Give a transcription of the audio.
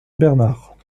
bernard